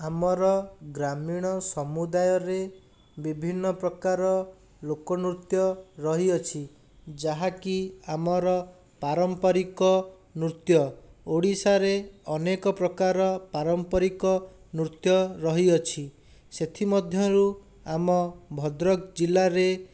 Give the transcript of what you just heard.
ଆମର ଗ୍ରାମୀଣ ସମୁଦାୟରେ ବିଭିନ୍ନ ପ୍ରକାର ଲୋକନୃତ୍ୟ ରହିଅଛି ଯାହାକି ଆମର ପାରମ୍ପରିକ ନୃତ୍ୟ ଓଡ଼ିଶାରେ ଅନେକ ପ୍ରକାର ପାରମ୍ପରିକ ନୃତ୍ୟ ରହିଅଛି ସେଥିମଧ୍ୟରୁ ଆମ ଭଦ୍ରକ ଜିଲ୍ଲାରେ